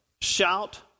Shout